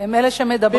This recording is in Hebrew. הם אלה שמדברים.